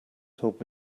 told